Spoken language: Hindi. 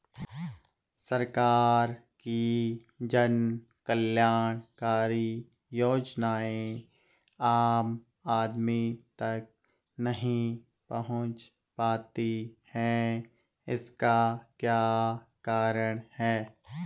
सरकार की जन कल्याणकारी योजनाएँ आम आदमी तक नहीं पहुंच पाती हैं इसका क्या कारण है?